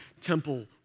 temple